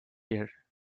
year